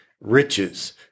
riches